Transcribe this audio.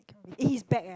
eh he's back eh